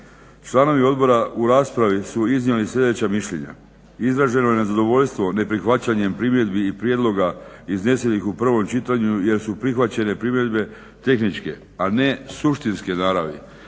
Članovi odbora u raspravi su iznijeli sljedeća mišljenja, izraženo je nezadovoljstvo neprihvaćanjem primjedbi i prijedloga iznesenih u prvom čitanju jer su prihvaćene primjedbe tehničke, a ne suštinske naravi